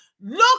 look